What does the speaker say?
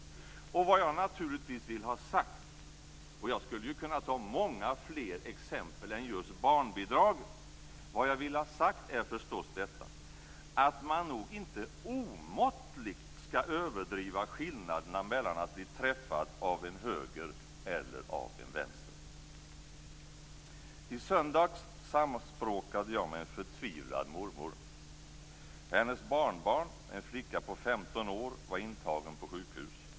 Vad jag vill ha sagt - och jag skulle kunna ta många fler exempel än just barnbidraget - är förstås detta: Man skall nog inte omåttligt överdriva skillnaderna mellan att bli träffad av en höger eller av en vänster. I söndags samspråkade jag med en förtvivlad mormor. Hennes barnbarn, en flicka på 15 år, var intagen på sjukhus.